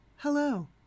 Hello